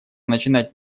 начинать